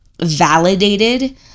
validated